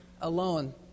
alone